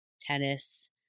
tennis